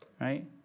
right